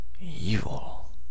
Evil